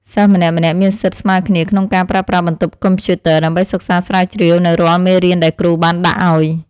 សិស្សម្នាក់ៗមានសិទ្ធិស្មើគ្នាក្នុងការប្រើប្រាស់បន្ទប់កុំព្យូទ័រ ដើម្បីសិក្សាស្រាវជ្រាវនូវរាល់មេរៀនដែលគ្រូបានដាក់ឱ្យ។